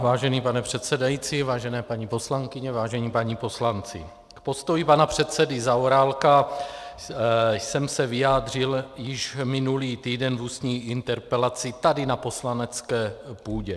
Vážený pane předsedající, vážené paní poslankyně, vážení páni poslanci, k postoji pana předsedy Zaorálka jsem se vyjádřil již minulý týden v ústní interpelaci tady na poslanecké půdě.